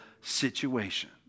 situation